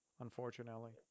unfortunately